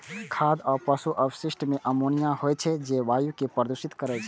खाद आ पशु अवशिष्ट मे अमोनिया होइ छै, जे वायु कें प्रदूषित करै छै